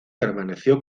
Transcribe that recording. permaneció